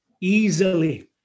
easily